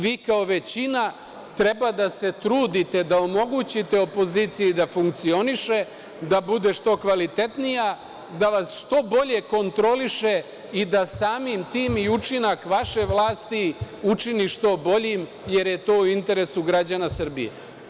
Vi kao većina treba da se trudite da omogućite opoziciji da funkcioniše, da bude što kvalitetnija, da vas što bolje kontroliše i da samim tim i učinak vaše vlasti učini što boljim, jer je to u interesu građana Srbije.